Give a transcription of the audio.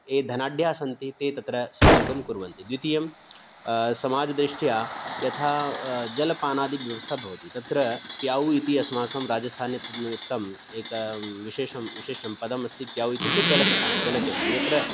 ये धनाढ्याः सन्ति ते तत्र सहयोगं कुर्वन्ति द्वितीयं समाजदृष्ट्या यथा जलपानादि व्यवस्था भवति तत्र प्यौ इति अस्माकं राजस्थाने निमित्तम् एकं विशेषं विशेषं पदम् अस्ति प्यौ इत्युक्ते जलस्थानं जलकेन्द्रं यत्र